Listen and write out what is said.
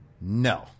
No